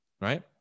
right